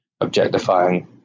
objectifying